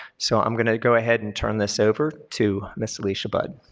so i'm going to go ahead and turn this over to ms. alicia budd.